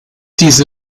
diese